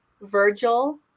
Virgil